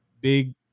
big